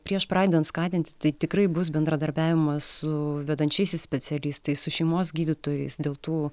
prieš pradedant skatinti tai tikrai bus bendradarbiavimas su vedančiaisiais specialistais su šeimos gydytojais dėl tų